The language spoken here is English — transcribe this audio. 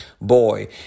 Boy